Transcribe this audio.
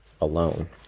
alone